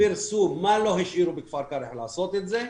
פרסום, מה לא השאירו בכפר קרע לעשות את זה.